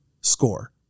score